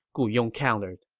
gu yong countered.